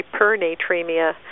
hypernatremia